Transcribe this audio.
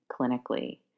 clinically